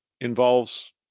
involves